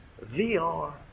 VR